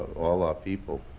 all our people,